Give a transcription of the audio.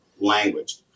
language